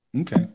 Okay